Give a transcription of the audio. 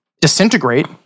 disintegrate